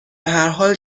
هرحال